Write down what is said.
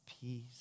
peace